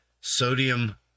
Sodium